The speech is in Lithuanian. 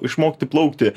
išmokti plaukti